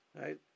Right